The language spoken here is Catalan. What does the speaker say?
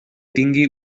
tingui